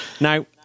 now